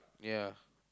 ya